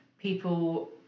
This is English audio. people